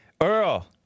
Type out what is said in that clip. Earl